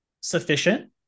sufficient